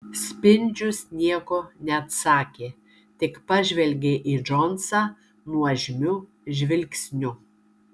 spindžius nieko neatsakė tik pažvelgė į džonsą nuožmiu žvilgsniu